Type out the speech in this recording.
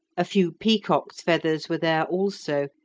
a few peacock's feathers were there also,